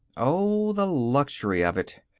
oh, the luxury of it!